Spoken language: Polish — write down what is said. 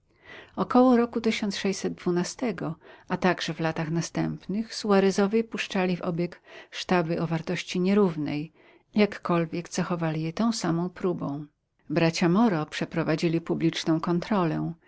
około roku a także w latach następnych suarezowie puszczali w obieg sztaby o wartości nierównej jakkolwiek cechowali je tą samą próbą bracia moro przeprowadzili publiczną kontrolę